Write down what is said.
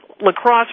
lacrosse